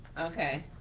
okay.